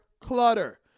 clutter